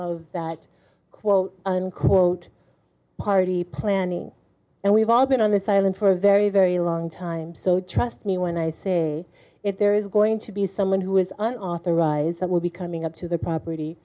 of that quote unquote party planning and we've all been on this island for a very very long time so trust me when i say if there is going to be someone who is an authorized i will be coming up to the property